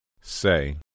say